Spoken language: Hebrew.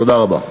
תודה רבה.